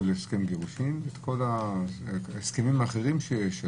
להסכם גירושין ואת כל ההסכמים האחרים שיש,